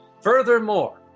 Furthermore